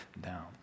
down